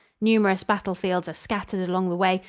numerous battlefields are scattered along the way,